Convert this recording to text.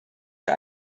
für